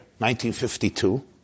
1952